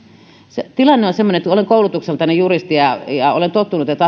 se tilanne on semmoinen olen koulutukseltani juristi ja olen tottunut siihen että